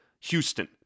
Houston